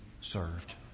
served